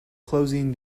closing